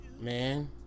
man